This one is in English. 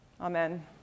Amen